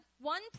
one